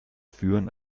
führen